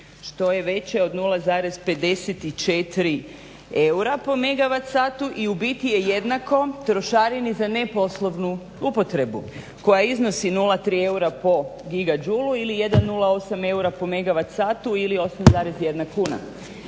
što je veće od 0,54 eura po megawat satu i u biti je jednako trošarini za neposlovnu upotrebu koja iznosi 0,3 eura po giga džulu ili 108 eura po megawat satu ili 8,1 kuna.